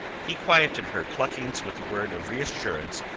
he quieted her cluckings with a word of reassurance,